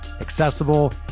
accessible